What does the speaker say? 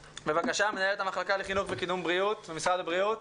מנהלת המחלקה לחינוך וקידום בריאות במשרד הבריאות.